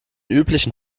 üblichen